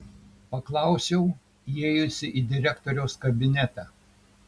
paklausiau įėjusi į direktoriaus kabinetą